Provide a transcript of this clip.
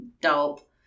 Dope